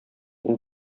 мин